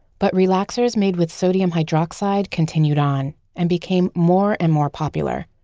but relaxers made with sodium hydroxide continued on and became more and more popular.